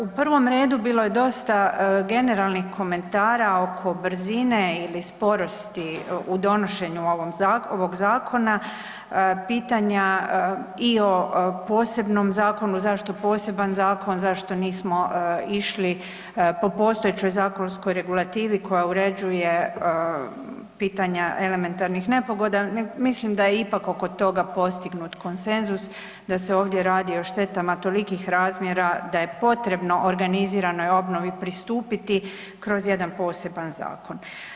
U prvom redu bilo je dosta generalnih komentara oko brzine ili sporosti u donošenju ovog zakona, pitanja i o posebnom zakonu zašto poseban zakon, zašto nismo išli po postojećoj zakonskoj regulativi koja uređuje pitanje elementarnih nepogoda, mislim da je ipak oko toga postignut konsenzus da se ovdje radi o štetama tolikih razmjera da je potrebno organiziranoj obnovi pristupiti kroz jedan poseban zakon.